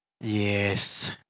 Yes